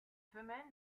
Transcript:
femelles